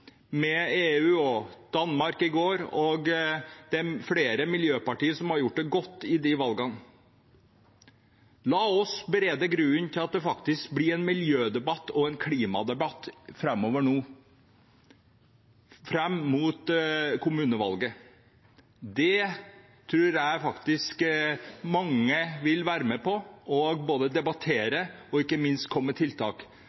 og i Danmark i går, og det er flere miljøpartier som har gjort det godt i de valgene. La oss berede grunnen for at det blir en miljødebatt og en klimadebatt framover mot kommunevalget. Jeg tror mange vil være med på både å debattere det og